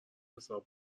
حساب